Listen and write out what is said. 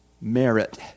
merit